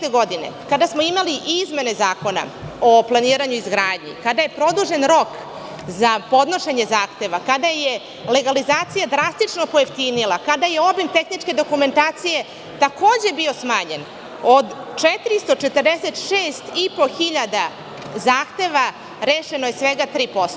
Godine 2006. kada smo imali i izmene Zakona o planiranju i izgradnji, kada je produžen rok za podnošenje zahteva, kada je legalizacija drastično pojeftinila, kada je obim tehničke dokumentacije takođe bio smanjen, od 446.500 zahteva rešeno je svega 3%